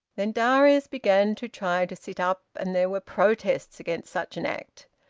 then darius began to try to sit up, and there were protests against such an act.